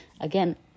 Again